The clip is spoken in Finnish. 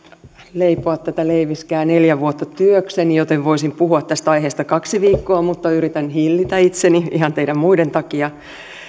leipoa tätä leiviskää neljä vuotta työkseni joten voisin puhua tästä aiheesta kaksi viikkoa mutta yritän hillitä itseni ihan teidän muiden takia